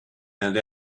and